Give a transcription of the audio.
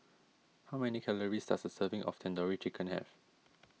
how many calories does a serving of Tandoori Chicken have